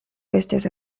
estis